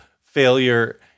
failure